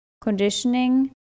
conditioning